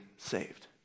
Saved